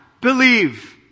believe